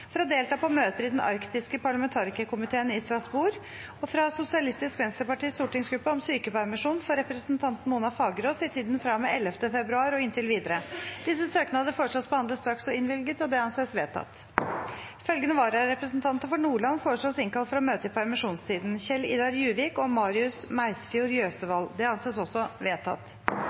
for å delta på møter i Den arktiske parlamentarikerkomiteen i Strasbourg fra Sosialistisk Venstrepartis stortingsgruppe om sykepermisjon for representanten Mona Fagerås i tiden fra og med 11. februar og inntil videre Etter forslag fra presidenten ble enstemmig besluttet: Søknadene behandles straks og innvilges. Følgende vararepresentanter innkalles for å møte i permisjonstiden: For Nordland: Kjell-Idar Juvik og Marius Meisfjord